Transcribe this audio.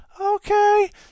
Okay